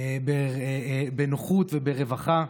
בנוחות וברווחה.